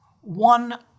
One